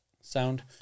sound